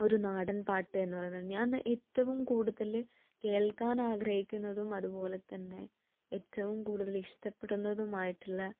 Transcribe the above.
ഒരു നാടൻ പാട്ട് എന്ന് പറയുന്നത് ഞാൻ ഏറ്റവും കൂടുതൽ കേൾക്കാൻ ആഗ്രഹിക്കുന്നതും അതുപോലെ തന്നെ ഏറ്റവും കൂടുതലിഷ്ടപ്പെടുന്നതുമായിട്ടുള്ള